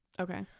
okay